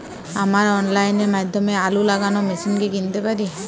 আমরা অনলাইনের মাধ্যমে আলু লাগানো মেশিন কি কিনতে পারি?